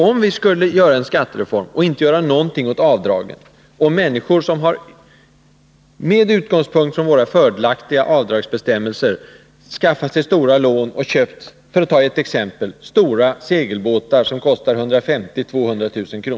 Om vi skulle genomföra en skattereform och inte göra någonting åt avdragen för människor som med utgångspunkt från våra fördelaktiga avdragsbestämmelser har skaffat sig stora lån och köpt, för att ta ett exempel, stora segelbåtar som kostar 150 000-200 000 kr.